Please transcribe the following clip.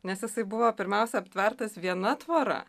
nes jisai buvo pirmiausia aptvertas viena tvora